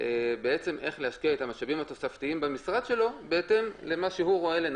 איך להשקיע את המשאבים התוספתיים במשרד שלו בהתאם למה שהוא רואה לנכון.